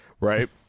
Right